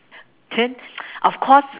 then of course